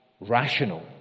rational